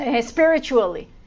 spiritually